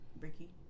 Ricky